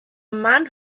man